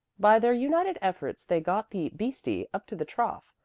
by their united efforts they got the beastie up to the trough,